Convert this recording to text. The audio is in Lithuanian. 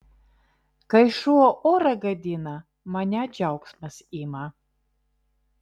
kai šuo orą gadina mane džiaugsmas ima